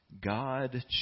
God